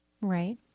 Right